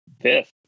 fifth